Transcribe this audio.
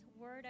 word